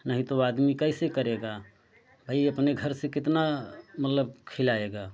नहीं तो आदमी कैसे करेगा भाई अपने घर से कितना मतलब खिलाएगा